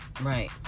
right